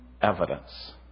evidence